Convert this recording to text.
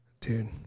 Dude